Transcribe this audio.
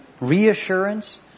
reassurance